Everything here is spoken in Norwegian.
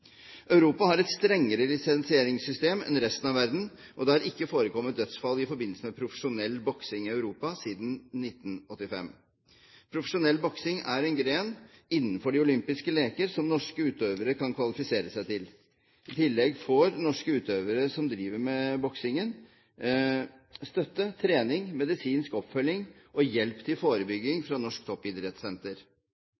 Europa har et strengere lisensieringssystem enn resten av verden, og det har ikke forekommet dødsfall i forbindelse med profesjonell boksing i Europa siden 1985. Profesjonell boksing er en gren innenfor de olympiske lekene, som norske utøvere kan kvalifisere seg til. I tillegg får norske utøvere som driver med boksing, støtte, trening, medisinsk oppfølging og hjelp til forebygging